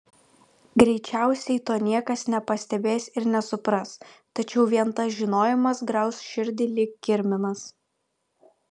greičiausiai to niekas nepastebės ir nesupras tačiau vien tas žinojimas grauš širdį lyg kirminas